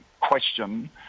question